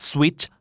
Switch